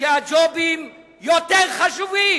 שהג'ובים יותר חשובים